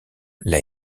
l’a